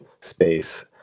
space